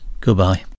Goodbye